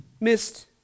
missed